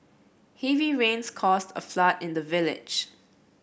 heavy rains caused a flood in the village